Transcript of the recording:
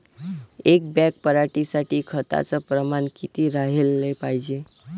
एक बॅग पराटी साठी खताचं प्रमान किती राहाले पायजे?